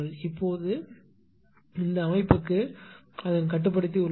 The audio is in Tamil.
இப்போது இந்த அமைப்புக்கு அதன் கட்டுப்படுத்தி உள்ளது